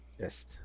Yes